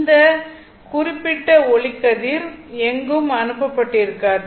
அந்த குறிப்பிட்ட ஒளிக்கதிர் எங்கும் அனுப்பப்பட்டிருக்காது